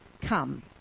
come